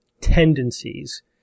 tendencies